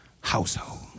household